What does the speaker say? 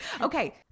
Okay